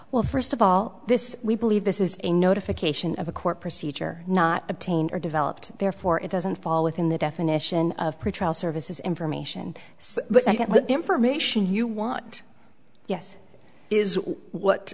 well first of all this we believe this is a notification of a court procedure not obtained or developed therefore it doesn't fall within the definition of pretrial services information so the information you want yes is what